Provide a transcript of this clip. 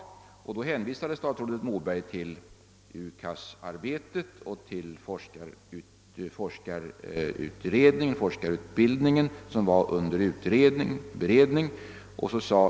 Jag fick svar av statsrådet Moberg den 22 maj, och han hänvisade då till UKAS arbetet och till förslaget om reformerad forskarutbildning, som var under beredning.